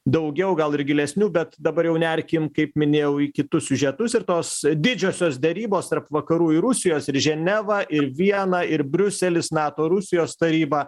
daugiau gal ir gilesnių bet dabar jau nerkim kaip minėjau į kitus siužetus ir tos didžiosios derybos tarp vakarų ir rusijos ir ženeva ir viena ir briuselis nato rusijos taryba